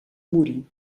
morir